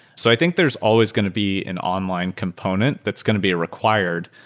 so i think there's always going to be an online component that's going to be ah required.